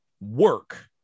work